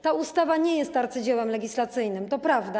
Ta ustawa nie jest arcydziełem legislacyjnym, to prawda.